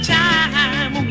time